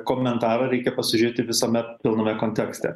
komentarą reikia pasižiūrėti visuomet pilname kontekste